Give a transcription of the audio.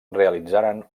realitzaren